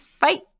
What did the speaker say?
Bye